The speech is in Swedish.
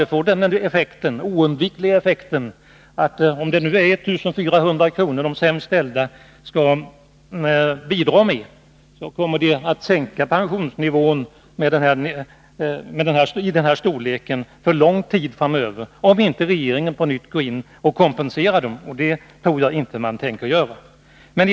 Men den får den oundvikliga effekten, om nu de sämst ställda pensionärerna skall bidra med 1 400 kr., att pensionsnivån sänks med det beloppet för lång tid framöver, såvida inte regeringen på nytt kompenserar dem. Det tror jag inte man tänker göra.